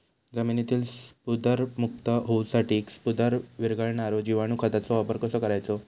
जमिनीतील स्फुदरमुक्त होऊसाठीक स्फुदर वीरघळनारो जिवाणू खताचो वापर कसो करायचो?